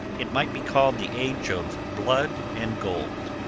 it might be called the age of blood and gold.